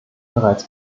bereits